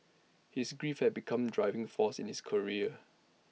his grief had become driving force in his career